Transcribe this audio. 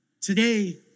Today